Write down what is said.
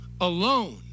alone